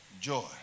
joy